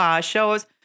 shows